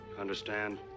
Understand